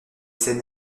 scènes